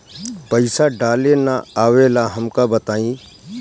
पईसा डाले ना आवेला हमका बताई?